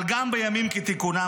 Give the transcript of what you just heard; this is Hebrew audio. אבל גם בימים כתיקונם,